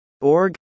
Org